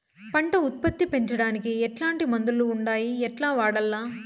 పంట ఉత్పత్తి పెంచడానికి ఎట్లాంటి మందులు ఉండాయి ఎట్లా వాడల్ల?